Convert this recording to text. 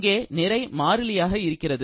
எங்கே நிறை மாறிலியாக இருக்கிறது